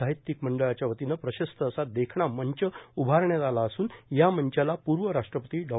साहित्यिक मंडळाच्या वतीनं प्रशस्त असा देखना मंच उभारण्यात आलं असून या मंचाला पूर्व राष्ट्रपती डॉ